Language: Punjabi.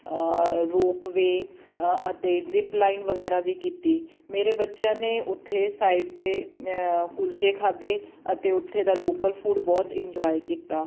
ਰੋਪਵੇਅ ਅਤੇ ਅ ਜ਼ਿੱਪਲਾਈਨ ਵਗੈਰਾ ਵੀ ਕੀਤੀ ਮੇਰੇ ਬੱਚਿਆਂ ਨੇ ਉੱਥੇ ਸਾਈਡ 'ਤੇ ਕੁਲਚੇ ਖਾਧੇ ਅਤੇ ਉੱਥੇ ਦਾ ਲੋਕਲ ਫੂਡ ਬਹੁਤ ਇੰਜੋਏ ਕੀਤਾ